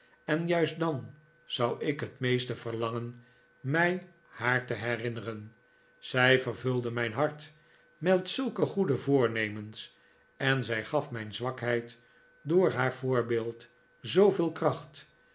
en juist dan zou ik het meest verlangen mij haar te herinneren zij vervulde mijn hart met zulke goede voornemens zij gaf mijn zwakheid door haar voorbeeld zooveel kracht